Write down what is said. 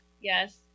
yes